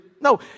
No